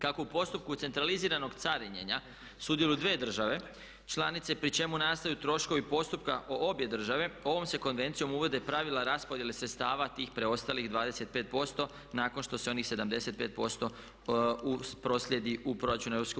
Kako u postupku centraliziranog carinjenja sudjeluju dvije države članice pri čemu nastaju troškovi postupka o obje države, ovom se Konvencijom uvode pravila raspodjele sredstava tih preostalih 25% nakon što se onih 75% proslijedi u proračun EU.